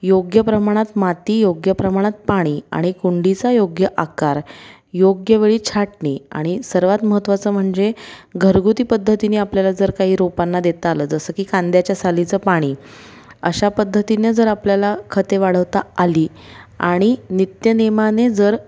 योग्य प्रमाणात माती योग्य प्रमाणात पाणी आणि कुंडीचा योग्य आकार योग्य वेळी छाटणी आणि सर्वात महत्त्वाचं म्हणजे घरगुती पद्धतीने आपल्याला जर काही रोपांना देता आलं जसं की कांद्याच्या सालीचं पाणी अशा पद्धतीने जर आपल्याला खते वाढवता आली आणि नित्यनेमाने जर